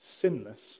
sinless